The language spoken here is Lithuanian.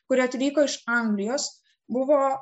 kurie atvyko iš anglijos buvo